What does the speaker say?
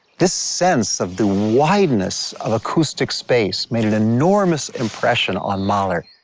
this sense of the wideness of acoustic space made an enormous impression on mahler